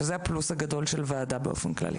שזה הפלוס הגדול של ועדה באופן כללי